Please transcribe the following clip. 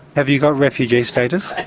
have you got refugee status?